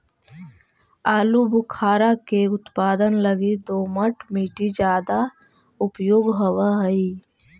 आलूबुखारा के उत्पादन लगी दोमट मट्टी ज्यादा उपयोग होवऽ हई